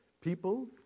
people